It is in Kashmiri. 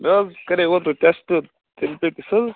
مےٚ حظ کَرے اوتٕرٕ ٹیسٹہٕ تِلہٕ پٮ۪تِس حظ